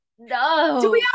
No